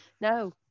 no